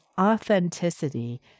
authenticity